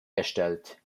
gestellt